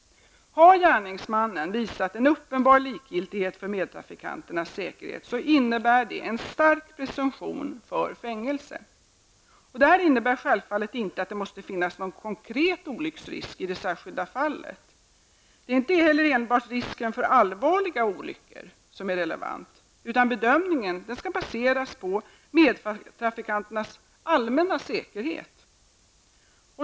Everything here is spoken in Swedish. Har gärningsmannen visat en uppenbar likgiltighet för medtrafikanternas säkerhet, innebär det en stark presumtion för fängelse. Det innebär självfallet inte att det måste finnas en konkret olycksrisk i det särskilda fallet. Det är inte heller enbart risken för allvarliga olyckor som är relevant, utan bedömningen skall baseras på risken för medtrafikanternas allmänna säkerhet.